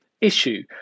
Issue